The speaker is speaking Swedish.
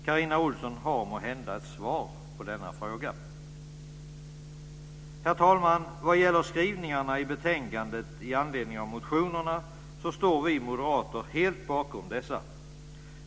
Carina Ohlsson har måhända ett svar på denna fråga. Herr talman! Skrivningarna i betänkandet i anledning av motionerna står vi moderater helt bakom.